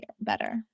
better